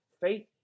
faith